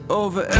over